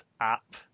app